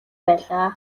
байлаа